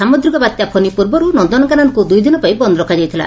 ସାମୁଦ୍ରିକ ବାତ୍ୟା ଫୋନି ପୂର୍ବରୁ ନନନକାନନକୁ ଦୁଇଦିନ ପାଇଁ ବନ୍ଦ ରଖାଯାଇଥିଲା